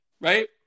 right